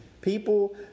People